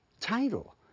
title